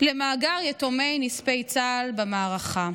למאגר יתומי נספי צה"ל במערכה.